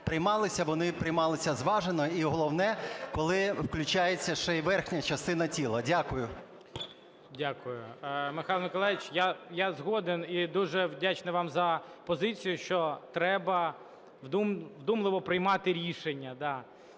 вони приймалися зважено. І головне – коли включається ще й верхня частина тіла. Дякую. ГОЛОВУЮЧИЙ. Дякую. Михайло Миколайович, я згоден і дуже вдячний вам за позицію, що треба вдумливо приймати рішення.